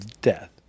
death